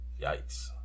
yikes